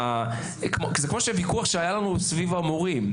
זה כמו הוויכוח שהיה לנו סביב המורים.